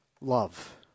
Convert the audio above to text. love